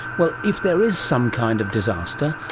well, if there is some kind of disaster,